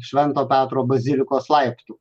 švento petro bazilikos laiptų